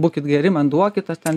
būkit geri man duokite tą ten